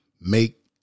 Make